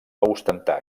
ostentar